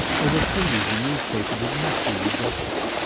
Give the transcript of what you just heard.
i will tell you the newspaper did not do you justice.